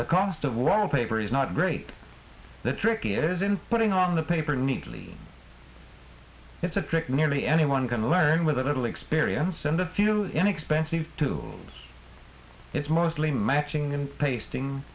the cost of one a paper is not great the trick is in putting on the paper neatly it's a trick nearly anyone can learn with a little experience and a few inexpensive too it's mostly matching and pasting